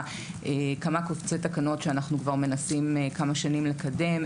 כמה קובצי תקנות שאנחנו מנסים כבר כמה שנים לקדם,